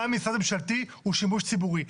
גם משרד ממשלתי הוא שימוש ציבורי.